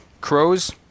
Crows